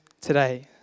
today